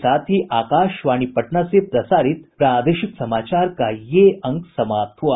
इसके साथ ही आकाशवाणी पटना से प्रसारित प्रादेशिक समाचार का ये अंक समाप्त हुआ